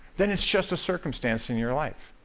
then it's just a circumstance in your life.